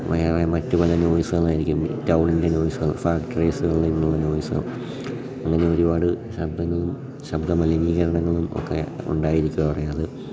ഭയാനകമായിട്ടുള്ള നോയിസുകളായിരിക്കും ടൗണിൻ്റെ നോയിസുകൾ ഫാക്ടറീസിൽ നിന്നുള്ള നോയിസുകൾ അങ്ങനെ ഒരുപാട് ശബ്ദങ്ങളും ശബ്ദ മലിനീകരണങ്ങളും ഒക്കെ ഉണ്ടായിരിക്കുവാന്ന് പറയണത്